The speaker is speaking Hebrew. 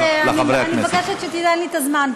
באמת אני מבקשת שתיתן לי את הזמן,